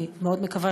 אני מקווה